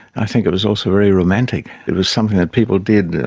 i think it was also very romantic. it was something that people did,